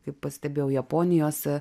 kaip pastebėjau japonijos